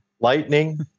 Lightning